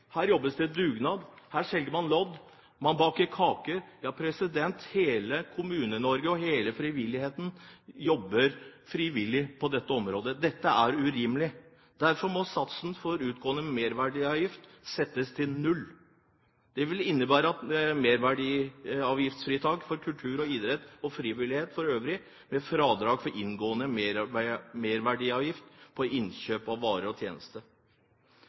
her jobbes det dugnad, her selger man lodd, og man baker kaker. Ja, hele Kommune-Norge og hele frivilligheten jobber frivillig på dette området. Dette er urimelig, derfor må satsen for utgående merverdiavgift settes til null. Det vil innebære et merverdiavgiftsfritak for kultur og idrett og frivillighet for øvrig, med fradrag for inngående merverdiavgift på innkjøp av varer og tjenester.